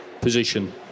position